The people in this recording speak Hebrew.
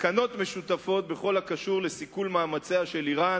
וסכנות משותפות בכל הקשור לסיכול מאמציה של אירן